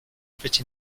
fit